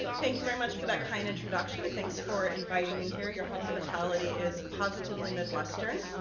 thank you very much for that kind introduction, thanks for inviting me here. your hospitality is positively midwestern,